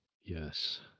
Yes